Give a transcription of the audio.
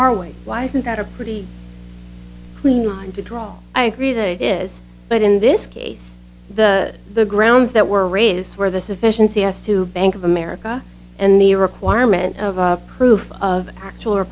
our way why isn't that a pretty clean line to draw i agree that it is but in this case the the grounds that were raised were the sufficiency as to bank of america and the requirement of proof of actual or